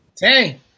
Hey